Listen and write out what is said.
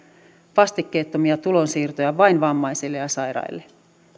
vastikkeettomia tulonsiirtoja vain vammaisille ja sairaille